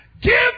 give